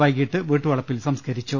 വൈകീട്ട് വീട്ടുവളപ്പിൽ സംസ്കരിച്ചു